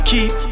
Keep